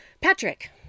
Patrick